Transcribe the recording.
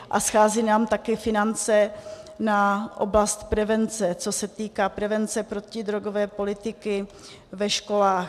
A schází nám také finance na oblast prevence, co se týká prevence protidrogové politiky ve školách.